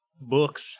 Books